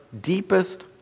deepest